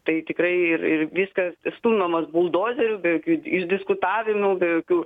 tai tikrai ir ir viskas stumiamas buldozeriu be jokių iš diskutavimų be jokių